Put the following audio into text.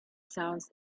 sounds